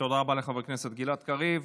תודה רבה לחבר הכנסת גלעד קריב.